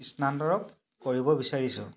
স্থানান্তৰ কৰিব বিচাৰিছোঁ